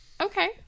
Okay